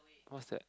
what's that